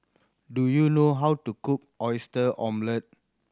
do you know how to cook Oyster Omelette